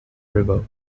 river